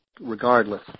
regardless